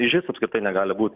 išvis apskritai negali būt